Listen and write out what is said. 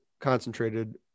concentrated